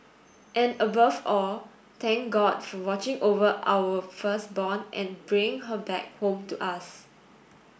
and above all thank God for watching over our firstborn and bringing her back home to us